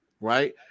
right